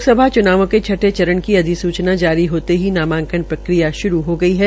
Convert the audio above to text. लोकसभा च्नावों के छठे चरण की अधिस्चना जारी होते ही नामांकन प्रक्रिया श्रू हो गई है